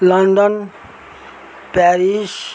London Paris